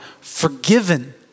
forgiven